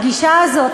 הגישה הזאת,